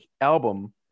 album